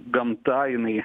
gamta jinai